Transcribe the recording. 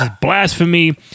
blasphemy